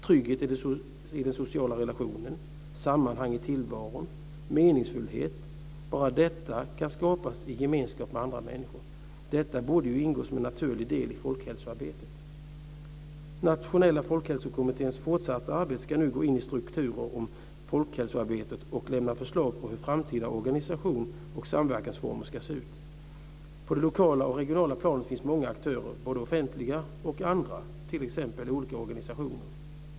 Trygghet i sociala relationer, sammanhang i tillvaron och meningsfullhet kan skapas bara i gemenskap med andra människor. Detta borde ingå som en naturlig del i folkhälsoarbetet. Nationella folkhälsokommitténs fortsatta arbete ska nu gå in i folkhälsoarbetets strukturer och leda till förslag om hur framtida organisation och samverkansformer ska se ut. På det lokala och regionala planet finns många aktörer, både offentliga och andra, t.ex. olika organisationer.